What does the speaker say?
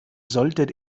solltet